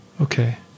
Okay